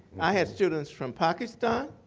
i had students from pakistan,